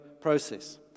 process